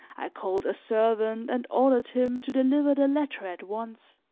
i called a servant and ordered him to deliver the letter at once.